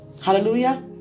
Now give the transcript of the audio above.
hallelujah